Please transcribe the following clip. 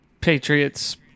Patriots –